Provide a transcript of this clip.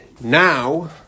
Now